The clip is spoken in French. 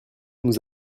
nous